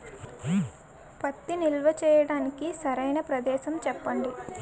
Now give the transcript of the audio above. పత్తి నిల్వ చేయటానికి సరైన ప్రదేశం చెప్పండి?